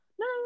no